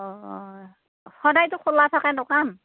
অঁ সদায়তো খোলা থাকে দোকান